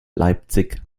leipzig